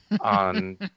on